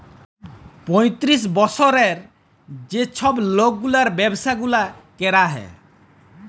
পঁয়তিরিশ বসরের যে ছব লকগুলার ব্যাবসা গুলা ক্যরা হ্যয়